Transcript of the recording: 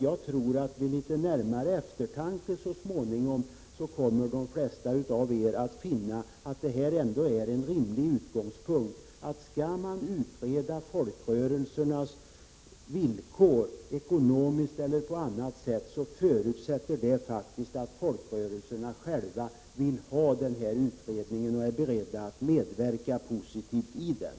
Jag tror att de flesta av er så småningom vid litet närmare eftertanke kommer att finna att detta ändå är en rimlig utgångspunkt. Om man skall utreda folkrörelsernas villkor ur ekonomisk eller annan synpunkt förutsätter detta att folkrörelserna själva vill ha en sådan utredning och är beredda att positivt medverka till den.